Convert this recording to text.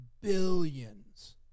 billions